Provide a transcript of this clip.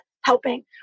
helping